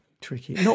tricky